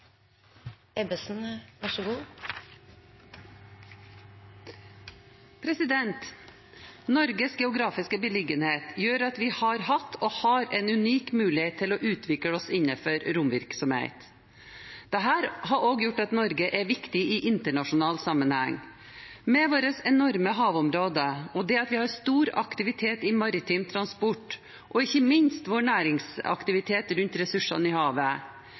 dette landet. Så vi har sånn sett også god kontroll på hvilken måte det blir brukt på. Replikkordskiftet er omme. De talerne som heretter får ordet, har en taletid på inntil 3 minutter. Norges geografiske beliggenhet gjør at vi har hatt og har en unik mulighet til å utvikle oss innenfor romvirksomhet. Dette har også gjort at Norge er viktig i internasjonal sammenheng. Våre enorme havområder, det at vi